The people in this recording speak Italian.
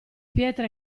pietre